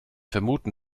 vermuten